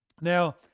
Now